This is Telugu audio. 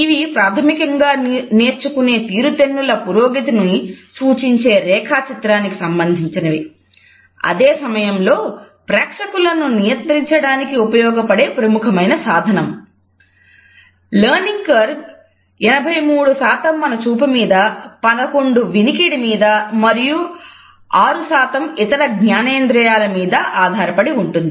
ఇవి ప్రాథమికంగా నేర్చుకునే తీరుతెన్నుల పురోగతిని సూచించే రేఖాచిత్రానికి 83 మన చూపు మీద 11 వినికిడి మీద మరియు 6 ఇతర జ్ఞానేంద్రియాల మీద ఆధారపడి ఉంటుంది